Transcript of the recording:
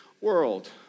world